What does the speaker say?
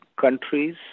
countries